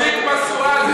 תדליק משואה,